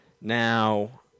Now